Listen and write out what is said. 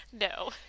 No